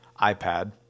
iPad